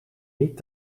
niet